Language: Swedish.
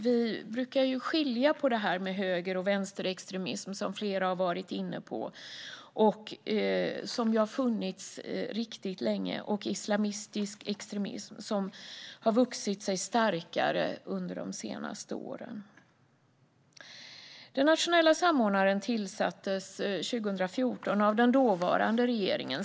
Vi brukar skilja på höger och vänsterextremism, vilket flera har varit inne på, som har funnits riktigt länge och islamistisk extremism som har vuxit sig starkare under de senaste åren. Den nationella samordnaren tillsattes 2014 av den dåvarande regeringen.